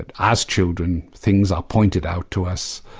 but as children, things are pointed out to us.